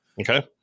Okay